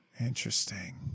Interesting